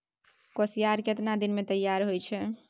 कोसियार केतना दिन मे तैयार हौय छै?